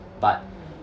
but